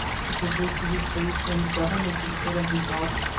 to propose to his face for his governess instead of his daughter?